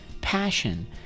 passion